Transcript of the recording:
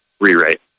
rewrite